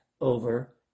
over